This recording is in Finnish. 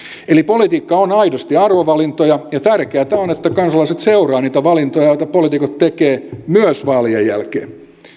eli politiikka on aidosti arvovalintoja ja tärkeätä on että kansalaiset seuraavat niitä valintoja joita poliitikot tekevät myös vaalien jälkeen